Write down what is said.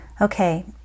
okay